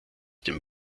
dem